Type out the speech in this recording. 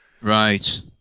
Right